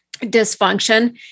dysfunction